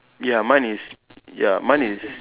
ya mine is ya mine is